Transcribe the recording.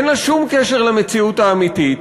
אין לה שום קשר למציאות האמיתית.